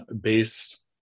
based